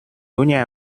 nhà